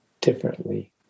differently